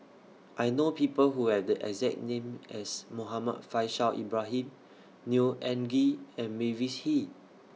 I know People Who Have The exact name as Muhammad Faishal Ibrahim Neo Anngee and Mavis Hee